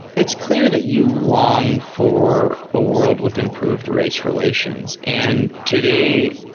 it's clear that you long for a world with improved race relations. and today,